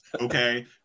okay